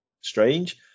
strange